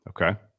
Okay